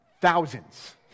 Thousands